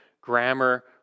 grammar